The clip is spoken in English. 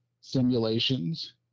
simulations